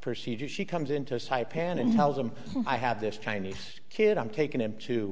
procedure she comes into taipan and tells him i have this chinese kid i'm taking him to